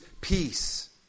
peace